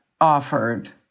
offered